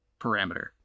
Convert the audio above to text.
parameter